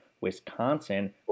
wisconsin